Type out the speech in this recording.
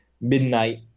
midnight